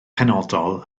penodol